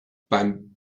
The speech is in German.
beim